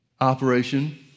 operation